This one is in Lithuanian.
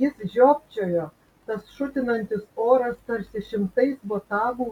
jis žiopčiojo tas šutinantis oras tarsi šimtais botagų